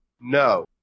No